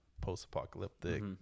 post-apocalyptic